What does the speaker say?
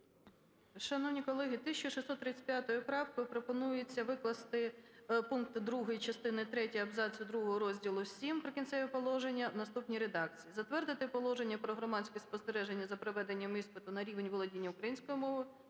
Шановні колеги, 1635 правкою пропонується викласти пункт 2 частини третьої абзацу другого розділу VII "Прикінцеві положення" в наступній редакції: "затвердити Положення про громадське спостереження за проведенням іспиту на рівень володіння українською мовою,